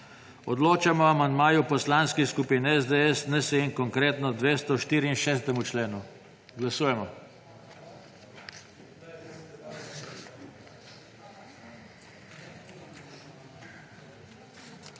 Odločamo o amandmaju poslanskih skupin SDS, NSi in Konkretno k 264. členu. Glasujemo.